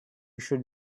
should